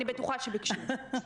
אני בטוחה שביקשו.